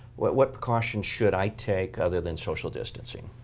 what what precautions should i take other than social distancing?